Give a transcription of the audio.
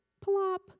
plop